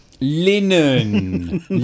Linen